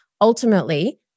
ultimately